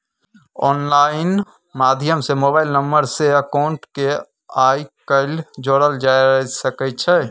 online माध्यम सँ mobile number सँ अकाउंट केँ आइ काल्हि जोरल जा सकै छै